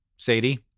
Sadie